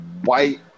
White